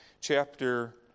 chapter